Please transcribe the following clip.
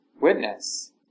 witness